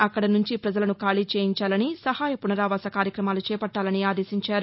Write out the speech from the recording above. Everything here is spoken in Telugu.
అక్కడ నుంచి ప్రజలను ఖాళీ చేయించాలని సహాయ పునరావాస కార్యక్రమాలు చేపట్టాలని ఆదేశించారు